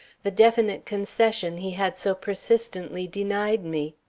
the definite concession he had so persistently denied me.